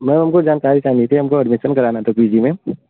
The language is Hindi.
मैम हमको जानाकरी चाहिए थी हमको एडमिसन कराना था पी जी में